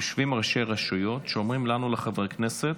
יושבים ראשי רשויות שאומרים לנו, לחברי כנסת: